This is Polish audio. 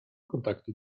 kontaktu